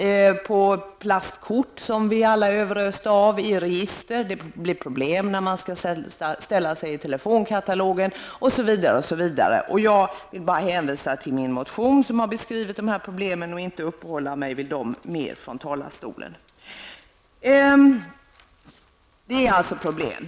Det kan gälla plastkort -- något som vi alla är överösta av -- det kan gälla register, och det kan bli problem när man skall få sitt namn infört i telefonkatalogen. Jag nöjer mig med att hänvisa till min motion, där jag har beskrivit problemen, i stället för att ytterligare uppehålla mig vid dem här från talarstolen. Detta är alltså problemet.